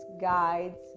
guides